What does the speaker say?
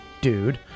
DUDE